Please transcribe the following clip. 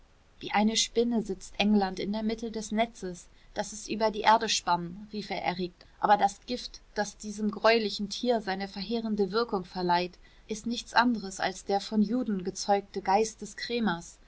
wie eine spinne sitzt england in der mitte des netzes das es über die erde spann rief er erregt aber das gift das diesem greulichen tier seine verheerende wirkung verleiht ist nichts anderes als der von juden gezeugte geist des krämers